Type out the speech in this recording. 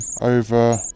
over